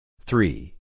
Three